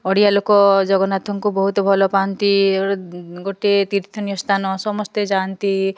ଓଡ଼ିଆ ଲୋକ ଜଗନ୍ନନାଥଙ୍କୁ ବହୁତ ଭଲପାଆନ୍ତି ଗୋଟେ ତୀର୍ଥନୀୟ ସ୍ଥାନ ସମସ୍ତେ ଯାଆନ୍ତି